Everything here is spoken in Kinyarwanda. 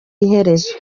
iherezo